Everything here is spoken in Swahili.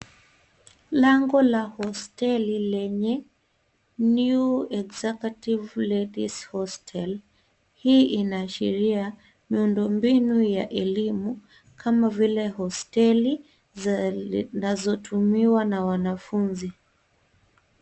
Lango la hosteli lenye new exucutive ladies hostel . Hii inaashiria miundo mbinu ya elimu kama vile hosteli zinazotumiwa na wanafunzi.